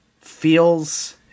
feels